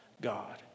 God